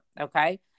okay